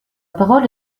parole